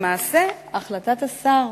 למעשה, החלטת השר